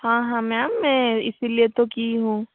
हाँ हाँ मैम मैं इसलिए तो की हूँ